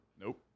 Nope